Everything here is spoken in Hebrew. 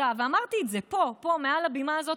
ובמקום לעסוק בבור העמוק הזה,